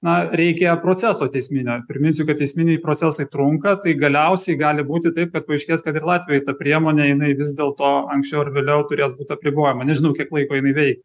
na reikia proceso teisminio priminsiu kad teisminiai procesai trunka tai galiausiai gali būti taip kad paaiškės kad ir latvijoj ta priemonė jinai vis dėlto anksčiau ar vėliau turės būt apribojama nežinau kiek laiko jinai vei